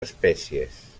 espècies